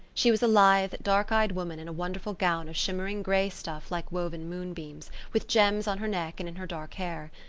she was a lithe, dark-eyed woman in a wonderful gown of shimmering gray stuff like woven moonbeams, with gems on her neck and in her dark hair.